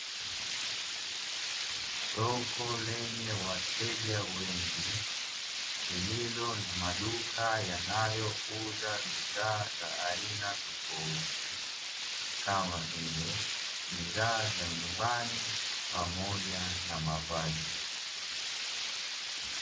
Soko lenye wateja wengi, lililo na maduka yanayouza bidhaa za aina tofauti kama vile; bidhaa za nyumbani pamoja na mavazi.